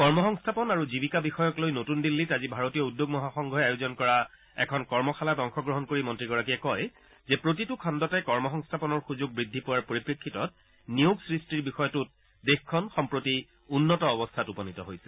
কৰ্মসংস্থাপন আৰু জীৱিকা বিষয়ক লৈ নতুন দিল্লীত আজি ভাৰতীয় উদ্যোগ মহাসংঘই আয়োজন কৰা এখন কৰ্মশালাত অংশগ্ৰহণ কৰি মন্ত্ৰীগৰাকীয়ে কয় যে প্ৰতিটো খণ্ডতে কৰ্মসংস্থাপনৰ সুযোগ বৃদ্ধি পোৱাৰ পৰিপ্ৰেক্ষিতত নিয়োগ সৃষ্টিৰ বিষয়টোত দেশখন সম্প্ৰতি উন্নত অৱস্থাত উপনীত হৈছে